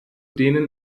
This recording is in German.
denen